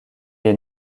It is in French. est